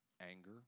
Anger